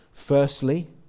Firstly